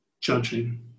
judging